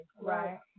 Right